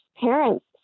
parents